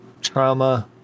trauma